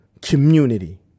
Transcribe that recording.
community